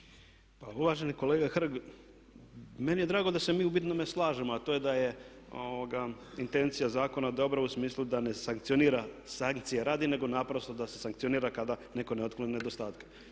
Pa uvaženi kolega Hrg, meni je drago da se mi u bitnome slažemo, a to je da je intencija zakona dobra u smislu da ne sankcionira, sankcije radi nego naprosto da se sankcionira kada neko ne otkloni nedostatke.